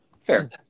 Fair